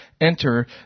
enter